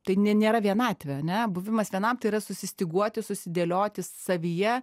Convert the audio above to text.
tai ne nėra vienatvė ane buvimas vienam tai yra susistyguoti susidėlioti savyje